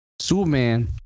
Superman